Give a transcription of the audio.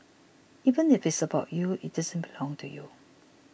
even if it is about you it doesn't belong to you